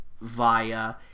via